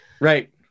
Right